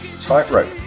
Tightrope